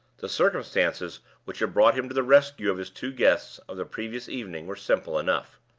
the circumstances which had brought him to the rescue of his two guests of the previous evening were simple enough.